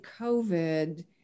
COVID